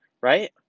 right